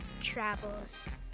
travels